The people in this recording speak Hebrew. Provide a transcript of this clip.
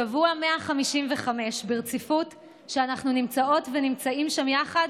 שבוע 155 ברציפות שאנחנו נמצאות ונמצאים שם יחד,